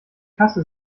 kasse